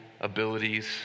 abilities